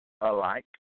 alike